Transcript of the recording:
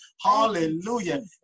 hallelujah